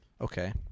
Okay